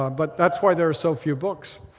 but that's why there are so few books.